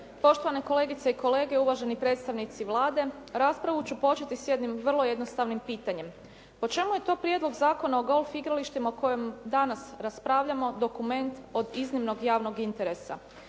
Poštovani kolegice i kolege, uvaženi predstavnici Vlade. Raspravu ću početi s jednim vrlo jednim pitanjem. Po čemu je to prijedlog Zakona o golf igralištima o kojem danas raspravljamo, dokument od iznimnog javnog interesa?